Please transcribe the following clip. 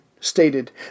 stated